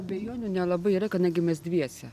abejonių nelabai yra kadangi mes dviese